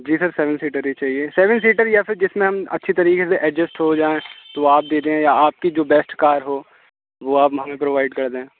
جی sir seven seater ہی چاہیے seven seater یا پھر جس میں ہم اچھی طریقے سے ایڈجسٹ ہو جائیں تو آپ دے دیں آپ کی جو بیسٹ کار ہو وہ آپ ہمیں پرووائیڈ کر دیں